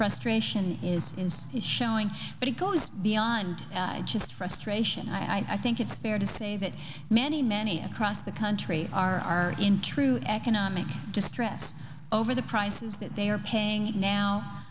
frustration is instead showing but it goes beyond just frustration i think it's fair to say that many many across the country are are in true economic distress over the prices that they are paying now